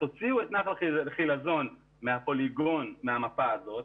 תוציאו את נחל חילזון מהמפה הזאת,